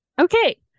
Okay